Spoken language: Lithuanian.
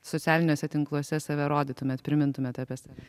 socialiniuose tinkluose save rodytumėt primintumėt apie save